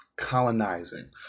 colonizing